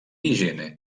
higiene